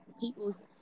people's